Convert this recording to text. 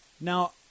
Now